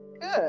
good